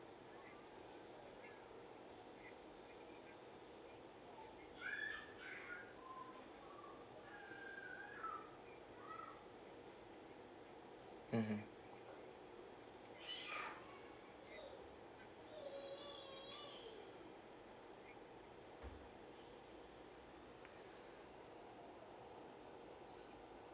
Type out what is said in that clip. mmhmm